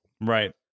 Right